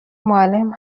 معلم